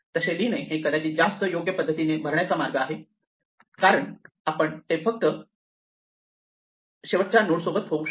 तसे लिहिणे हे कदाचित जास्त योग्य पद्धतीने भरण्याचा मार्ग आहे ते फक्त शेवटच्या नोड सोबत होऊ शकते